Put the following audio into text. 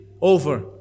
over